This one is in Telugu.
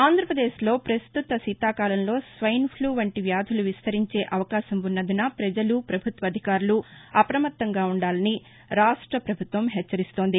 ఆంధ్రాపదేశ్లో పస్తుతం శీతాకాలంలో స్వైన్ఫ్లు వంటి వ్యాధులు విస్తరించే అవకాశం ఉన్నందున ప్రపజలు ప్రభుత్వ అధికారులు అప్రమత్తంగా ఉండాలని రాష్ట్రపభుత్వం హెచ్చరిస్తోంది